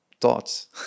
thoughts